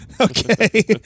okay